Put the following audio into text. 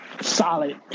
Solid